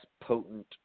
potent